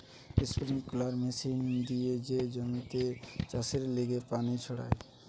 sprinkler machine দিয়ে যে জমিতে চাষের লিগে পানি ছড়ায়